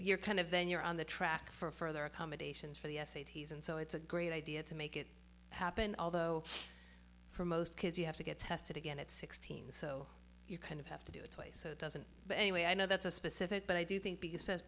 you're kind of then you're on the track for further accommodations for the s a t s and so it's a great idea to make it happen although for most kids you have to get tested again at sixteen so you kind of have to do it twice so it doesn't but anyway i know that's a specific but i do think